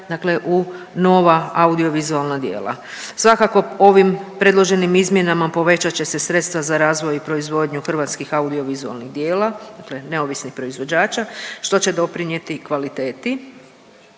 u nova audiovizualna djela. Svakako, ovim predloženim izmjenama povećat će sredstva za razvoj proizvodnju hrvatskih audiovizualnih djela, neovisnih proizvođača, što će doprinijeti i kvaliteti,